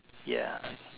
ya